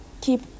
keep